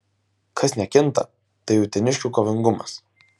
kas nekinta tai uteniškių kovingumas